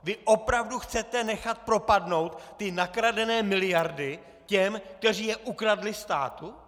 Vy opravdu chcete nechat propadnout ty nakradené miliardy těm, kteří je ukradli státu?